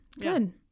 Good